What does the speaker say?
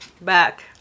back